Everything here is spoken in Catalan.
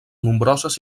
nombroses